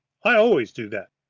i always do that.